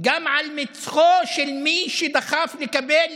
וגם על מצחו של מי שדחף לקבל